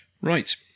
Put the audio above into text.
right